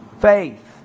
faith